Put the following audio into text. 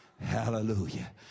Hallelujah